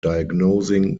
diagnosing